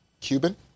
cuban